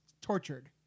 tortured